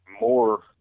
more